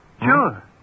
Sure